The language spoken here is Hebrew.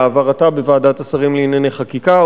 להעברתה בוועדת השרים לענייני חקיקה.